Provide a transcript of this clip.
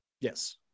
Yes